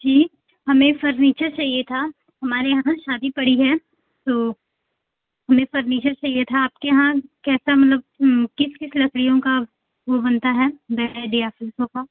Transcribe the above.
जी हमें फर्नीचर चाहिए था हमारे यहाँ शादी पड़ी है तो हमें फर्नीचर चाहिए था आपके यहाँ कैसा मलब किस किस लकड़ियों का वह बनता है बेड या फिर सोफ़ा